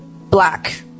black